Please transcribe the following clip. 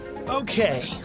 Okay